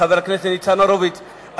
חבר הכנסת ניצן הורוביץ,